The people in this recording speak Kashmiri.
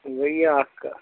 گٔیہِ یہِ اَکھ کَتھ